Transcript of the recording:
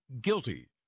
guilty